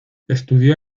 estudió